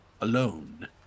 alone